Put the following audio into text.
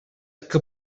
que